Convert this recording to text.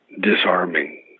disarming